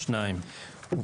הצבעה בעד 4 נמנעים 2 אושר.